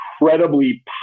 incredibly